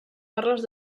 parles